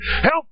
Help